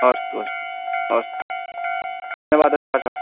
अस्तु अस्तु अस्तु धन्यवादः सुभाष